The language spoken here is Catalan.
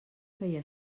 feia